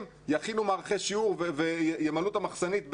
יכינו מערכי שיעור וימלאו את המחסנית ,